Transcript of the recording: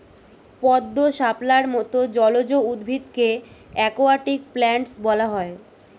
পদ্ম, শাপলার মত জলজ উদ্ভিদকে অ্যাকোয়াটিক প্ল্যান্টস বলা হয়